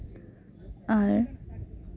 ᱟᱨ